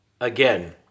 again